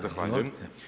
Zahvaljujem.